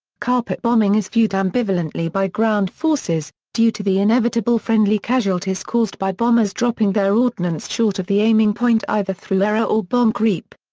carpet bombing is viewed ambivalently by ground forces, due to the inevitable friendly casualties caused by bombers dropping their ordnance short of the aiming point, either through error or bomb creep.